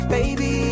Baby